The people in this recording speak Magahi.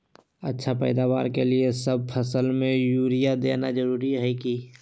अच्छा पैदावार के लिए सब फसल में यूरिया देना जरुरी है की?